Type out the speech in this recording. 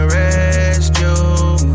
rescue